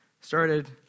started